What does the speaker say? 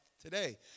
today